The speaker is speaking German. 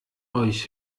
euch